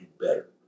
better